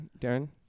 Darren